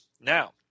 now